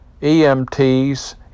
EMTs